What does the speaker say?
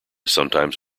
sometimes